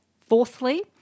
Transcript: Fourthly